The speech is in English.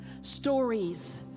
Stories